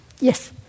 Yes